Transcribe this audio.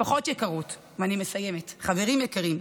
משפחות יקרות, ואני מסיימת, חברים יקרים,